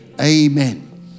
Amen